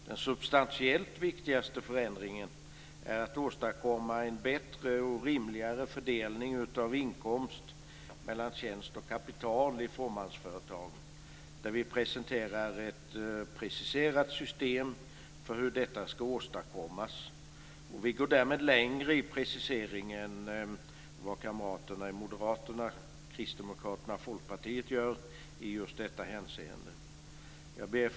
Den substantiellt viktigaste förändringen är att åstadkomma en bättre och rimligare fördelning av inkomst mellan tjänst och kapital i fåmansföretagen. Vi presenterar ett preciserat system för hur detta ska åstadkommas. Därmed går vi längre i preciseringen än vad kamraterna i Moderaterna, Kristdemokraterna och Folkpartiet gör i just detta hänseende. Fru talman!